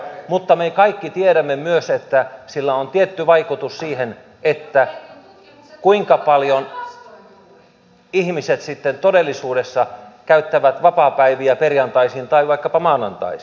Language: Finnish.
mutta me kaikki tiedämme myös että sillä on tietty vaikutus siihen kuinka paljon ihmiset sitten todellisuudessa käyttävät vapaapäiviä perjantaisin tai vaikkapa maanantaisin